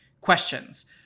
questions